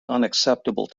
unacceptable